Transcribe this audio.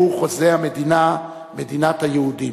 שהוא חוזה המדינה, מדינת היהודים.